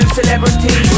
celebrity